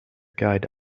guide